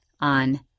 on